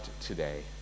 today